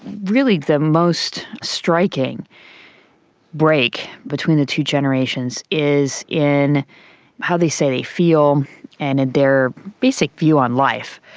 really the most striking break between the two generations is in how they say they feel and in their basic view on life.